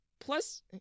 Plus